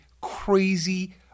crazy